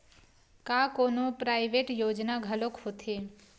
का कोनो प्राइवेट योजना घलोक होथे?